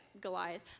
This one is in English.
Goliath